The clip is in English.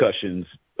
concussions